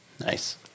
Nice